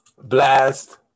Blast